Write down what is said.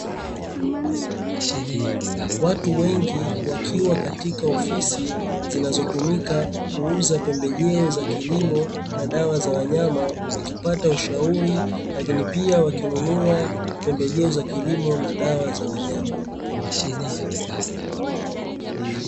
Watu wengi wakiwa katika ofisi, zinazotumika kuuzaa pembejeo za kilimo na dawa za wanyama wakipata ushauri lakini pia wakinunua pembejeo za kilimo na dawa za wanyama.